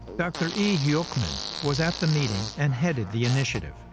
dr. yi hyuk-min was at the meeting and headed the initiative.